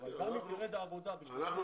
אבל לנו תרד העבודה ב --- אז אוקיי,